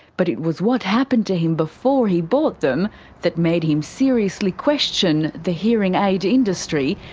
but it was what happened to him before he bought them that made him seriously question the hearing aid industry,